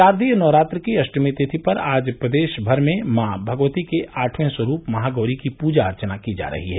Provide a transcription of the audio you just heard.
शारदीय नवरात्र की अष्टमी तिथि पर आज प्रदेश भर में मॉ भगवती के आठवें स्वरूप महागौरी की पूजा अर्चना की जा रही है